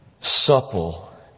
supple